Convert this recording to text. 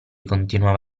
continua